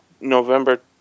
November